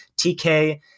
TK